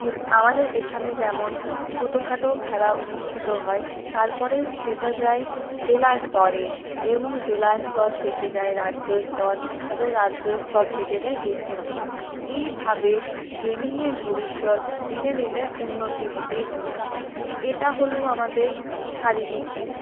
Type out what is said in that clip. আমাদের এখানে যেমন ছোটো খাটো খেলা অনুষ্ঠিত হয় তারপরে সেটা যায় জেলাস্তরে এবং জেলাস্তর থেকে যায় রাজ্যস্তর তারপরে রাজ্যস্তর থেকে যায় দেশের স্তর এইভাবে গেমিংয়ের ভবিষ্যৎ দিনে দিনে উন্নতি হতেই চলেছে এটা হল আমাদের শারীরিক ব্যায়াম